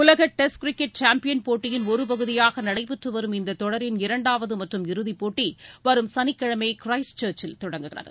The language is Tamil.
உலக டெஸ்ட் கிரிக்கெட் சாம்பியன் போட்டியின் ஒரு பகுதியாக நடைபெற்று வரும் இந்தத்தொடரின் இரண்டாவது மற்றும் இறுதிப் போட்டி வரும் சனிக்கிழமை கிரைஸ்ட் சர்ச் சில் தொடங்குகிறது